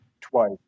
twice